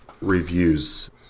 reviews